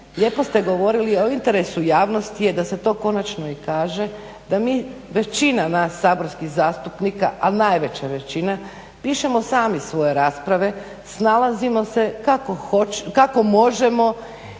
lijepo ste govorili a u interesu javnosti je da se to konačno i kaže da mi, većina nas saborskih zastupnika, ali najveća većina pišemo sami svoje rasprave, snalazimo se kako možemo